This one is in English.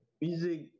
Music